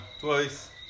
Twice